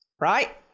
right